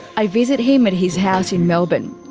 i visit him at his house in melbourne.